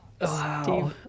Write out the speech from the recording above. Wow